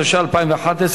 התשע"א 2011,